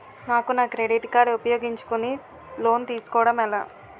నాకు నా credit card ఉపయోగించుకుని లోన్ తిస్కోడం ఎలా?